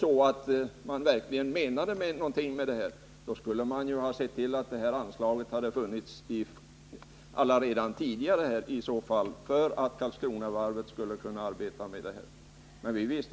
Men hade man verkligen menat någonting med det här förslaget, då skulle man ha sett till att anslaget funnits långt tidigare så att Karlskronavarvet kunde ha arbetat med de här beställningarna.